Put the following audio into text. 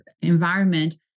environment